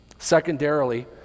Secondarily